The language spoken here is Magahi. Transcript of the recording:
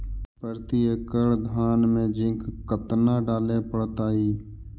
प्रती एकड़ धान मे जिंक कतना डाले पड़ताई?